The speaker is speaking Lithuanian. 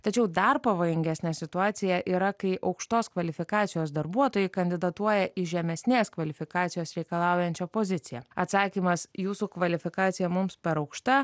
tačiau dar pavojingesnė situacija yra kai aukštos kvalifikacijos darbuotojai kandidatuoja į žemesnės kvalifikacijos reikalaujančią poziciją atsakymas jūsų kvalifikacija mums per aukšta